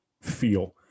feel